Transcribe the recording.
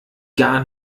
gar